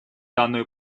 данную